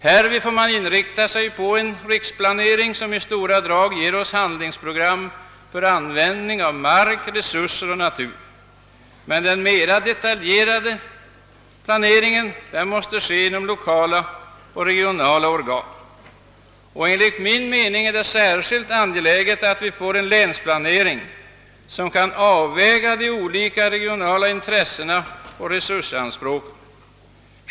Härvid får man inrikta sig på en riksplanering, som i stora drag ger oss handlingsprogram för användningen av mark, resurser och natur. Men den mer detaljerade planeringen måste ske genom lokala och regionala organ. Enligt min mening är det särskilt angeläget att vi får en länsplanering som kan avväga olika regionala intressen och resursanspråk.